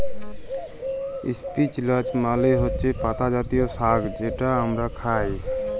ইস্পিলাচ মালে হছে পাতা জাতীয় সাগ্ যেট আমরা খাই